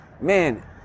man